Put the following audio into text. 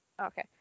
Okay